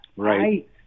Right